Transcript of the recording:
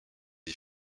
des